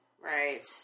Right